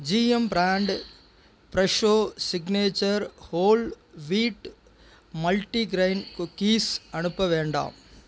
GM brand Fresho signature whole wheat multigrain cookies அனுப்ப வேண்டாம்